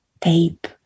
tape